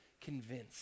convinced